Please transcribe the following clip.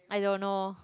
I don't know